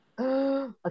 okay